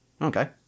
Okay